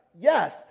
Yes